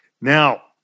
Now